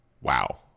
Wow